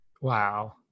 Wow